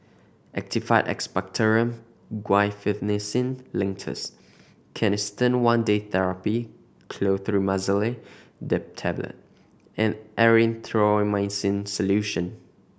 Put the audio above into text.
Actified Expectorant Guaiphenesin Linctus Canesten One Day Therapy Clotrimazole Tablet and Erythroymycin Solution